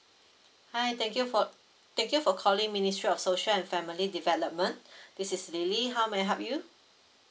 hi thank you for thank you for calling ministry of social and family development this is lily how may I help you